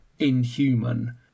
inhuman